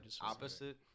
opposite